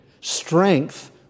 strength